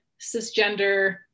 cisgender